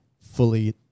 fully